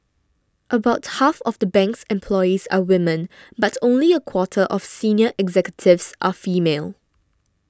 about half of the bank's employees are women but only a quarter of senior executives are female